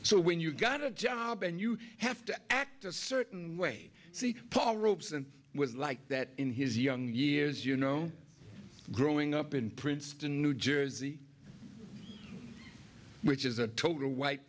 so when you've got a job and you have to act a certain way see paul ropes and was like that in his young years you know growing up in princeton new jersey which is a total white